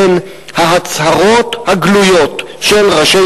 בין ההצהרות הגלויות של ראשי